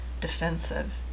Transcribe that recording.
defensive